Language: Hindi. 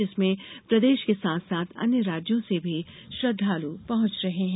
जिसमें प्रदेश के साथ साथ अन्य राज्यों से भी श्रद्वालु पहुँच रहे हैं